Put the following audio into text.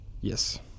Yes